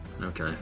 okay